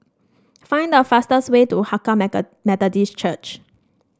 find the fastest way to Hakka Methodist Church